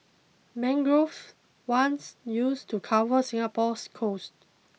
mangroves once used to cover Singapore's coasts